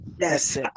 Yes